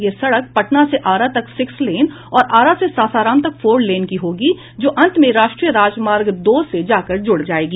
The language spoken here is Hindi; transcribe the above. यह सड़क पटना से आरा तक सिक्स लेन और आरा से सासाराम तक फोर लेन की होगी जो अंत में राष्ट्रीय राजमार्ग दो से जाकर जुड़ जायेगी